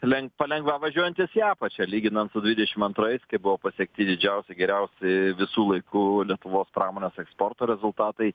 leng palengva važiuojantys į apačią lyginant su dvidešim antrais kai buvo pasiekti didžiausi geriausi visų laikų lietuvos pramonės eksporto rezultatai